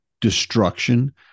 destruction